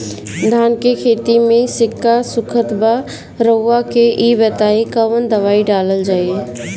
धान के खेती में सिक्का सुखत बा रउआ के ई बताईं कवन दवाइ डालल जाई?